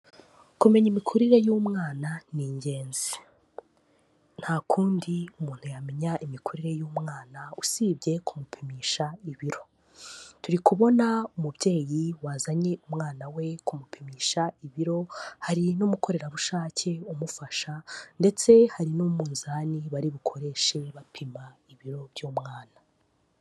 Kumenya imikurire y'umwana ni ingenzi, nta kundi umuntu yamenya imikurire y'umwana usibye kumupimisha ibiro, turi kubona umubyeyi wazanye umwana we kumupimisha ibiro, hari n'umukorerabushake umufasha ndetse hari n'umunzani bari bukoreshe bapima ibiro by'umwana.